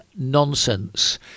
nonsense